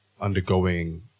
undergoing